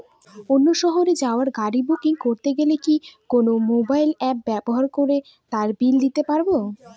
অন্য শহরে যাওয়ার গাড়ী বুকিং করতে হলে কি কোনো মোবাইল অ্যাপ ব্যবহার করে তার বিল দিতে পারব?